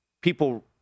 people